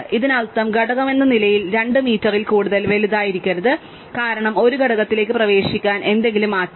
ഇതിനർത്ഥം ഘടകമെന്ന നിലയിൽ 2 മീറ്ററിൽ കൂടുതൽ വലുതായിരിക്കരുത് കാരണം ഒരു ഘടകത്തിലേക്ക് പ്രവേശിക്കാൻ എന്തെങ്കിലും മാറ്റണം